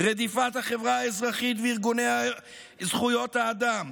רדיפת החברה האזרחית וארגוני זכויות האדם,